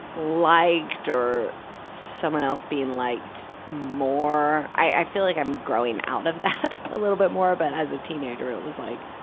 liked or someone else being liked more. i feel like i'm growing out of that a little bit more, but as a teenager it was like,